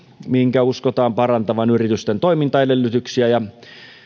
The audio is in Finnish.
minkä uskotaan parantavan yritysten toimintaedellytyksiä ja